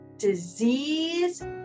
disease